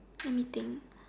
anything